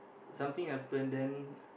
something happen then